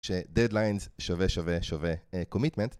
ש Deadlines שווה שווה שווה Commitment